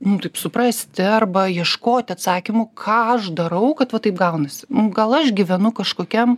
nu taip suprasti arba ieškoti atsakymų ką aš darau kad va taip gaunasi gal aš gyvenu kažkokiam